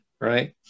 right